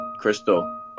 Crystal